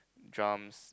drums